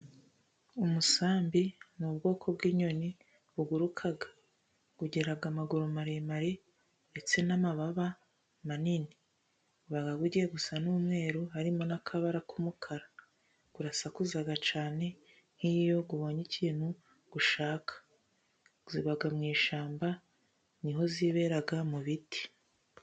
Umusambi ni ubwoko bw'inyoni buguruka. Bugira amaguru maremare, ndetse n'amababa manini. Uba ugiye gusa n'umweru, harimo n'akabara k'umukara. urasakuza cyane nk'iyo ubonye ikintu ushaka. Iba mu ishyamba ni ho yibera mu biti.